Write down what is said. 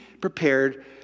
prepared